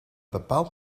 bepaald